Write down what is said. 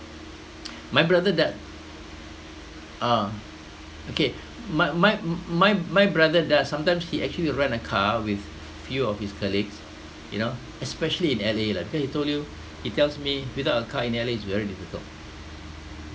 my brother do~ ah okay my my my my brother does sometimes he actually rent a car with few of his colleagues you know especially in L_A lah because he told you he tells me without a car in L_A it's very difficult